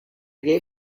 gave